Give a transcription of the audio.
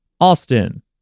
Austin